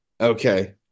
Okay